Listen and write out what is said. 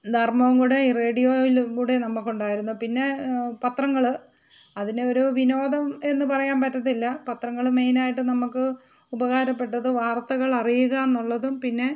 ധർമ്മവും കൂടെ റേഡിയോയിലൂടെ നമുക്ക് ഉണ്ടായിരുന്നു പിന്നെ പത്രങ്ങൾ അതിനെ ഒരു വിനോദം എന്ന് പറയാൻ പറ്റത്തില്ല പത്രങ്ങൾ മെയിൻ ആയിട്ട് നമുക്ക് ഉപകാരപ്പെട്ടത് വാർത്തകൾ അറിയുക എന്നുള്ളതും പിന്നെ